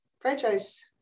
franchise